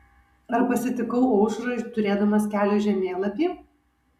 ar pasitikau aušrą turėdamas kelio žemėlapį